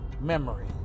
memory